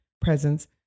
presence